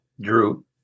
Drew